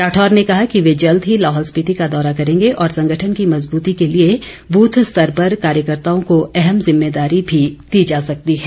राठौर ने कहा कि वे जल्द ही लाहौल स्पिति का दौरा करेंगे और संगठन की मजबूती के लिए बूथ स्तर पर कार्यकर्ताओं को अहम जिम्मेदारी भी दी जा सकती है